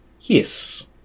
yes